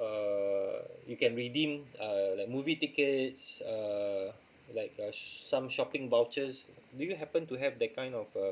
uh you can redeem uh like movie tickets uh like uh some shopping vouchers do you happen to have that kind of uh